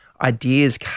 ideas